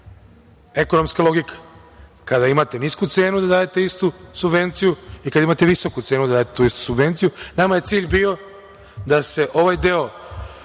ekonomska logika kad imate nisku cenu da dajete istu subvenciju i kada imate visoku cenu da dajete tu istu subvenciju. Nama je cilj bio da se ovaj deo